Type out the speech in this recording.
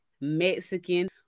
Mexican